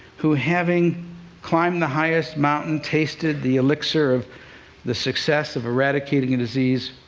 who, having climbed the highest mountain, tasted the elixir of the success of eradicating a disease,